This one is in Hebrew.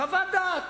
חוות דעת,